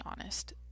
honest